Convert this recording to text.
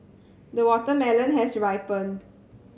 the watermelon has ripened